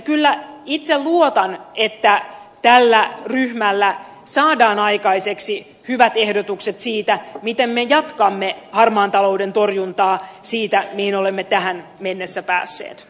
kyllä itse luotan että tällä ryhmällä saadaan aikaiseksi hyvät ehdotukset siitä miten me jatkamme harmaan talouden torjuntaa siitä mihin olemme tähän mennessä päässeet